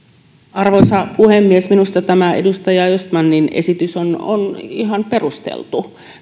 arvoisa puhemies minusta tämä edustaja östmanin esitys on ihan perusteltu